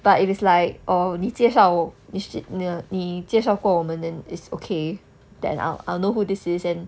but if it's like oh 你介绍你介绍过我们 then is okay then I'll I'll know who this is then